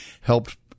helped